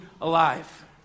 alive